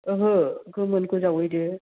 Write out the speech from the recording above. ओहो गोमोनखौ जावैदो